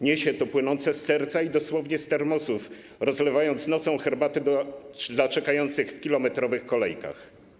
Niesie to ciepło płynące z serca i dosłownie, z termosów, rozlewając nocą herbatę dla czekających w kilometrowych kolejkach.